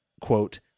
quote